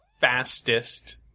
fastest